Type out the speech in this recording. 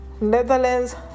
Netherlands